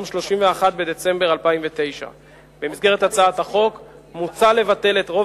31 בדצמבר 2009. במסגרת הצעת החוק מוצע לבטל את רוב